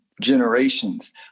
generations